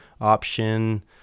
option